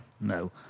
no